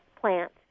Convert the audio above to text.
plant